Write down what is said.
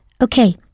Okay